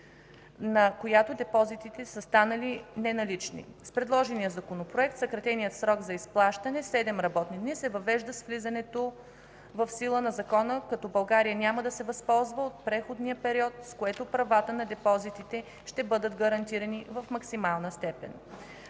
на която депозитите са станали неналични. С предложения Законопроект съкратеният срок за изплащане – седем работни дни, се въвежда с влизането в сила на Закона, като България няма да се възползва от преходния период, с което правата на депозантите ще бъдат гарантирани в максимална степен.